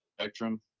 spectrum